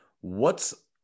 what's-